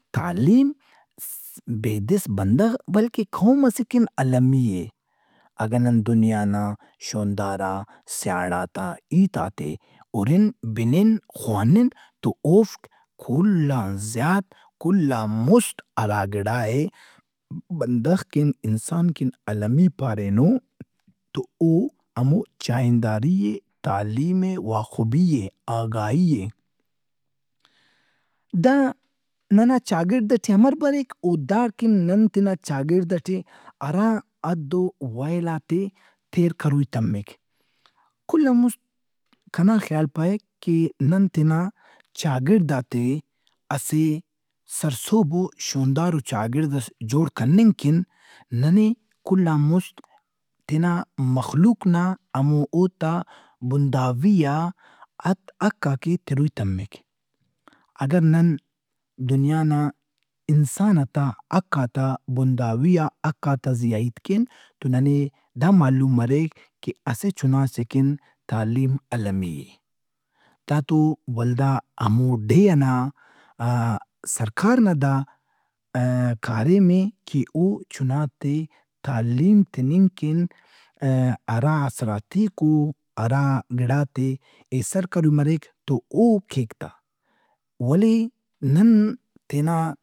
تعلیم فف- بیدس بندغ بلکہ قوم ئسے کن المی اے۔ اگہ نن دنیا نا شوندارا سیانڑات آ ہیتات ئے ہُرن، بِنن، خوانن تو اوفک کل آن زیات، کل آن مُست ہرا گِڑا ئے بندغ کن، انسان کن المی پارینو تو او ہمو چائنداری اے، تعلیم اے، واخبی اے، آگائی اے۔ دا ننا چاگڑد ئٹی امر بریک او داڑکن نن تینا چاگڑدئٹی ہرا حد و دیلات ئے تیر کوئی تمک۔ کل ان مُست کنا خیال پائک کہ نن تینا چاگڑدات ئے اسہ سرسہبو، شوندارو چاگڑدئس جوڑ کننگ کن ننے کل آن مُست تینا مخلوق نا ہمو اوتا ہمو اوتا بنداویئا حقاک ئے تروئی تمک۔ اگہ نن دنیا ناانسانات آ حقات آ بنداویئا حقات آ زیا ہیت کین تو ننے دا معلوم مریک کہ اسہ چنا سے کن تعلیم المی اے۔ دا تو ولدا ہمو ڈیھ ئنا سرکار نا کاریم اے کہ او چنات ئے تعلیم تننگ کن آ- ہرا آسراتیک او، ہرا گڑاتے ئے ایسرکروئی مریک تو او کیک تا۔ ولے نن تینا۔